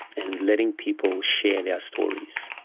and letting people share their stories.